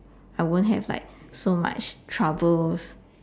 I won't have like so much troubles